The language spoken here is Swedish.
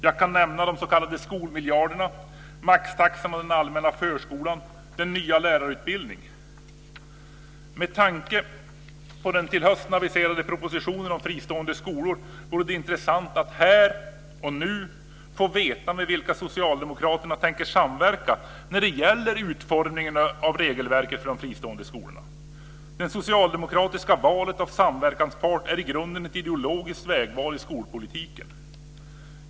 Jag kan nämna de s.k. Med tanke på den till hösten aviserade propositionen om fristående skolor vore det intressant att här och nu få veta med vilka socialdemokraterna tänker samverka när det gäller utformningen av regelverket för de fristående skolorna. Det socialdemokratiska valet av samverkanspart är i grunden ett ideologiskt vägval i skolpolitiken.